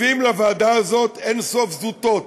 מביאים לוועדה הזו אין-סוף זוטות,